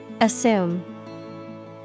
Assume